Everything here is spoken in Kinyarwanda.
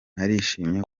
narishimye